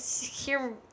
hear